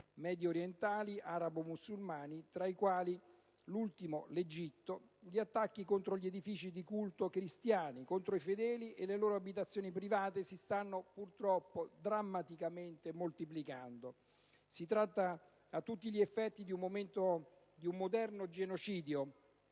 mediorientali, arabo-musulmani, tra i quali da ultimo l'Egitto, gli attacchi contro gli edifici di culto cristiani, i fedeli e le loro abitazioni private si stanno purtroppo drammaticamente moltiplicando. Si tratta a tutti gli effetti di un moderno genocidio